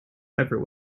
ever